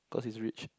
cause he's rich